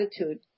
attitude